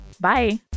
Bye